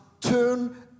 Turn